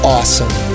Awesome